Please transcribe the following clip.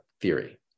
theory